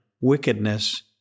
wickedness